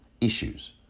Issues